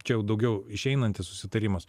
čia jau daugiau išeinantis susitarimas